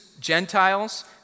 Gentiles